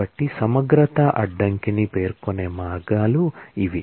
కాబట్టి సమగ్రత అడ్డంకిని పేర్కొనే మార్గాలు ఇవి